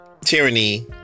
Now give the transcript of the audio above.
tyranny